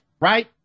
right